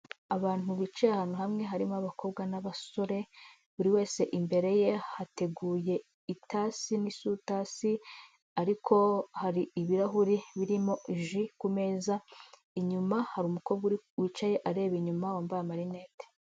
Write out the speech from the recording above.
Abantu bicaye ahantu hamwe harimo abakobwa n'abasore buri wese imbere ye hateguye itasi n'isutasi ariko hari ibirahuri birimo ji ku meza inyuma hari umukobwa wicaye areba inyuma wambaye amarinete.